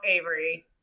Avery